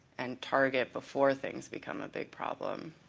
and target before things become a big problem.